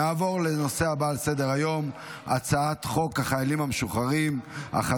להלן תוצאות ההצבעה: 16 בעד,